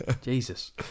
Jesus